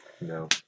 no